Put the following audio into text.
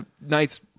nice